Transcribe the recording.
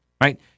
right